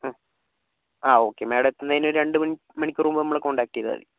ആ ആ okay madam എത്തുന്നതിന് ഒരു രണ്ടു മിൻ മണിക്കൂർ മുമ്പ് നമ്മളെ കോണ്ടാക്റ്റ് ചെയ്താൽ മതി